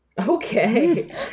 okay